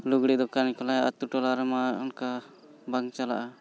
ᱞᱩᱜᱽᱲᱤ ᱫᱚᱠᱟᱱᱤᱧ ᱠᱷᱩᱞᱟᱹᱣᱟ ᱟᱛᱳ ᱴᱚᱞᱟ ᱨᱮᱢᱟ ᱚᱱᱠᱟ ᱵᱟᱝ ᱪᱟᱞᱟᱜᱼᱟ